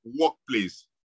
workplace